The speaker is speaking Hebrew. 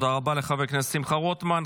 תודה רבה לחבר הכנסת שמחה רוטמן.